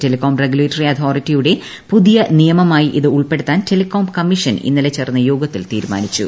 telecom regulatory അതോറിറ്റിയുടെ പുതിയ നിയമമായി ഇത് ഉൾപ്പെടുത്താൻ ടെലികോം കമ്മീഷൻ ഇന്നലെ ചേർന്ന യോഗത്തിൽ തിരുമാനിച്ചു